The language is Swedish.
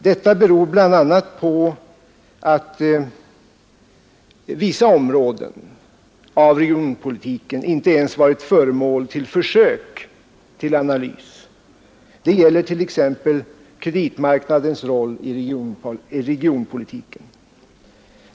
Detta beror bl.a. på att regionalpolitiken i vissa områden inte ens varit föremål för försök till analys. Det gäller t.ex. kreditmarknadens roll i regionpolitiken.